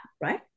right